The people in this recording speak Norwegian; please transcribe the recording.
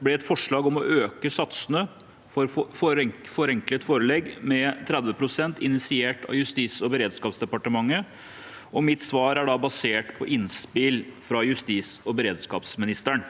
ble et forslag om å øke satsene for forenklet forelegg med 30 pst. initiert av Justis- og beredskapsdepartementet, og mitt svar er basert på innspill fra justis- og beredskapsministeren.